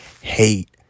hate